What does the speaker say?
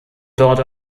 dort